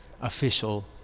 official